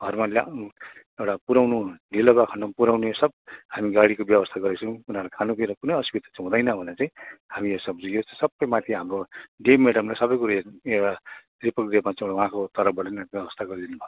घरमा ल्याउ एउटा पुऱ्याउनु ढिलो भएको खन्डमा पुऱ्याउने हामी सब गाडीको व्यावस्था गरेको छौँ उनीहरूको खानु पिउनुको कुनै असुविधा चाहिँ हुँदैन हुनु चाहिँ हामी यो सब यो चाहिँ सबै माथि हाम्रो डिएम मेडमले सबै कुरो एउटा रिपोर्टको रूपमा उहाँको तरफबाट नै व्यावस्था गरिदिनु भएको छ